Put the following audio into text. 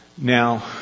now